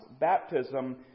baptism